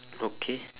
okay